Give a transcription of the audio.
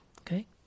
okay